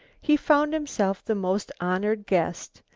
he found himself the most honoured guest,